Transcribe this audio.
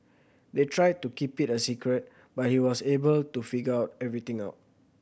they tried to keep it a secret but he was able to figure everything out